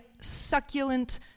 succulent